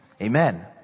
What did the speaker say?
Amen